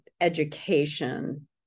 education